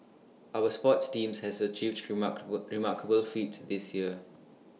our sports teams have achieved remarkable remarkable feats this year